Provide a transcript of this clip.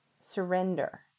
surrender